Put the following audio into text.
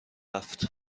رفت